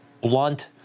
Blunt